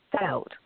felt